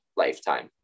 lifetime